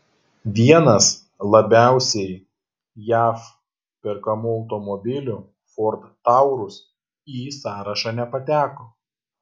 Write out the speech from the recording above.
vienas labiausiai jav perkamų automobilių ford taurus į sąrašą nepateko